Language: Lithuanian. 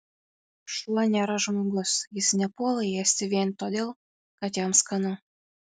šuo nėra žmogus jis nepuola ėsti vien todėl kad jam skanu